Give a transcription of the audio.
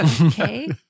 Okay